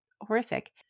horrific